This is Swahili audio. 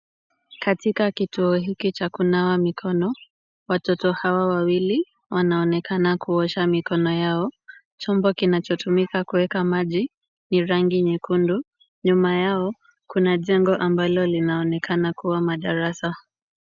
Katika kituo hiki cha kunawa mikono, watoto hawa wawili wanaonekana kuosha mikono yao. Chombo kinachotumika kuweka maji ni rangi nyekundu, nyuma yao kuna jengo ambalo linaonekana kuwa madarasa.